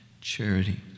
charity